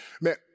man